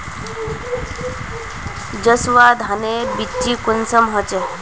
जसवा धानेर बिच्ची कुंसम होचए?